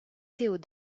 parents